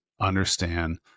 understand